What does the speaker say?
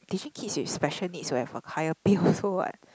did she kids with special needs to have a higher pay also what